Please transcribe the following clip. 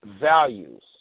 values